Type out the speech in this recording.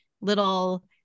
little